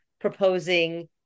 proposing